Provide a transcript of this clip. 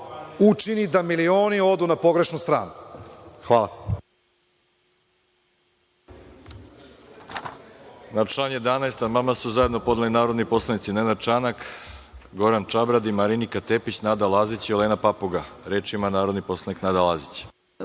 učini da milioni odu na pogrešnu stranu. Hvala. **Veroljub Arsić** Na član 11. amandman su zajedno podneli narodni poslanici Nenad Čanak, mr Goran Čabradi, Marinika Tepić, Nada Lazić i Olena Papuga. Reč ima narodni poslanik Nada Lazić.